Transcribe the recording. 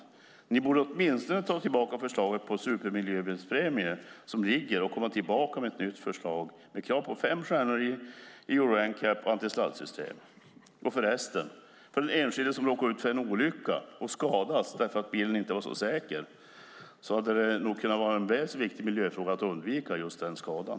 Åtminstone borde regeringen ta tillbaka det förslag om supermiljöbilspremie som nu föreligger och komma tillbaka med nytt förslag, med krav på fem stjärnor i Euro NCAP och antisladdsystem. För den enskilde som råkar ut för en olycka och skadas för att bilen inte var så säker hade det nog kunnat vara en väl så viktig miljöfråga att kunna undvika just den skadan.